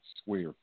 square